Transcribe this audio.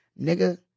Nigga